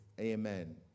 Amen